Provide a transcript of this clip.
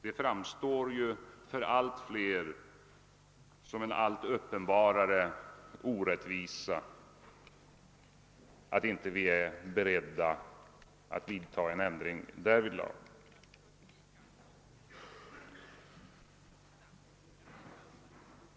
Det framstår för allt fler som en uppenbar orättvisa att vi inte är beredda att vidtaga en ändring härvidlag.